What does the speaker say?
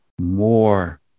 more